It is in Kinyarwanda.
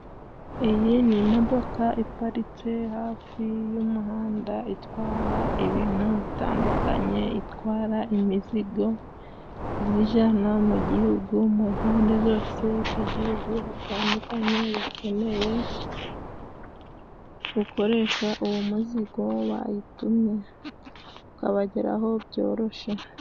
Iyi ni imodoka iparitse hafi y'umuhanda itwara ibintu bitandukanye, itwara imizigo iyijyana mu gihugu mu mpande zose z'igihugu hatandukanye, iyo bakeneye gukoresha uwo muzingo bayitumye ukabageraho byoroshye.